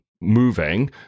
moving